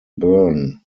byrne